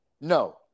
No